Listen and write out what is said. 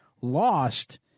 lost